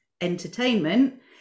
entertainment